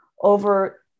over